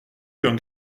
qu’un